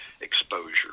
exposure